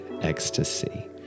ecstasy